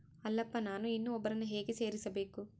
ಅಲ್ಲಪ್ಪ ನಾನು ಇನ್ನೂ ಒಬ್ಬರನ್ನ ಹೇಗೆ ಸೇರಿಸಬೇಕು?